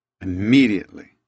immediately